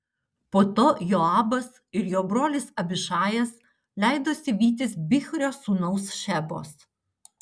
po to joabas ir jo brolis abišajas leidosi vytis bichrio sūnaus šebos